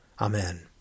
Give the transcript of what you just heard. Amen